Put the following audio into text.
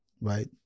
Right